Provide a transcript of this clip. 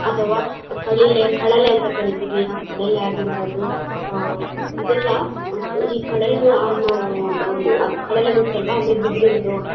ಅಥವಾ ಕಳಲೆ ಕಳಲೆ ಅಂತ ಕರೀತೀವಿ ಆ ಕಳಲೆ ಆಗಿರ್ಬೋದು ಇದೆಲ್ಲ ಮತ್ತು ಈ ಕಳಲೆ ಅನ್ನೋ ಒಂದು ಒನ್ ಅದು ಕಳಲೆ ಗೊತ್ತಲ್ವ ಅಂದರೆ ಬಿದ್ರಿಂದು